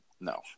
No